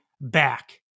back